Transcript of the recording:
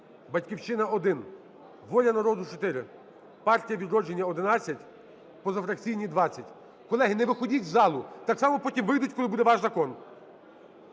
"Батьківщина" – 1, "Воля народу" – 4, "Партія "Відродження" – 11, позафракційні – 20. Колеги, не виходіть із залу. Так само потім вийдуть, коли буде ваш закон.